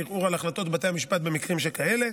ערעור על החלטות בתי המשפט במקרים שכאלה.